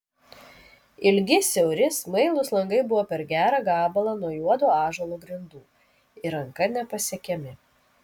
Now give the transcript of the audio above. ilgi siauri smailūs langai buvo per gerą gabalą nuo juodo ąžuolo grindų ir ranka nepasiekiami